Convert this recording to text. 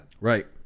Right